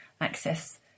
access